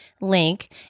link